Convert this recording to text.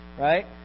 right